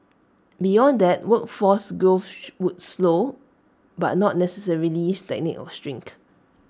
beyond that workforce growth would slow but not necessarily stagnate or shrink